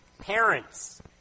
Parents